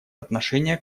отношение